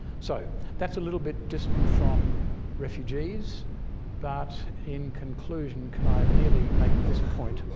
so that's a little bit distant from refugees but in conclusion can i merely make this point.